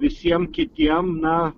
visiem kitiem na